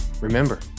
Remember